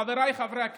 חבריי חברי הכנסת,